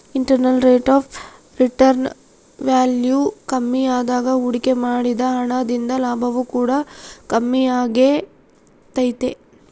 internal rate of return value ಕಮ್ಮಿಯಾದಾಗ ಹೂಡಿಕೆ ಮಾಡಿದ ಹಣ ದಿಂದ ಲಾಭವು ಕೂಡ ಕಮ್ಮಿಯಾಗೆ ತೈತೆ